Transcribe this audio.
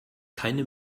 keine